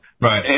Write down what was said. Right